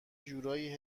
جورایی